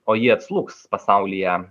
o ji atslūgs pasaulyje